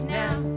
now